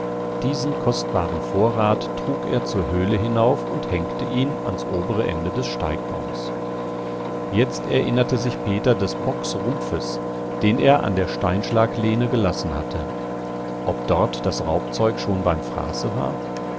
diesen kostbaren vorrat trug er zur höhle hinauf und hängte ihn ans obere ende des steigbaums jetzt erinnerte sich peter des bocksrumpfes den er an der steinschlaglehne gelassen hatte ob dort das raubzeug schon beim fraße war